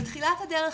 בתחילת הדרך,